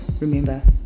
remember